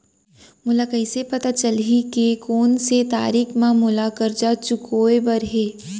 मोला कइसे पता चलही के कोन से तारीक म मोला करजा चुकोय बर हे?